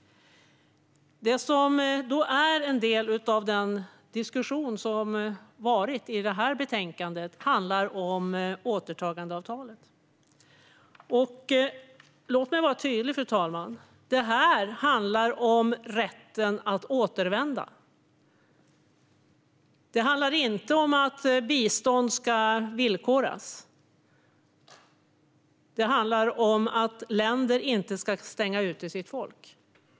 Det som har varit föremål för diskussion i det här betänkandet är återtagandeavtalet. Låt mig vara tydlig, fru talman. Det här handlar om rätten att återvända. Det handlar inte om att bistånd ska villkoras, utan det handlar om att länder inte ska stänga ute sitt folk.